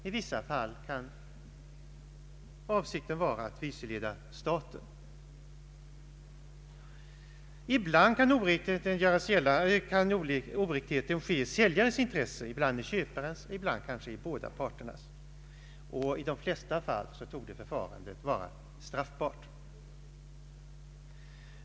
I vissa fall kan avsikten vara att vilseleda staten. Ibland kan oriktigheten ske i säljarens intresse, ibland i köparens, ibland kanske i båda parternas. I de flesta fall torde förfarandet vara straffbart.